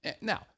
Now